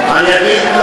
אבל למה אין לך אמון?